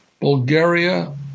Bulgaria